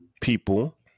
people